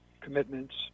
commitments